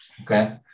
okay